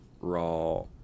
raw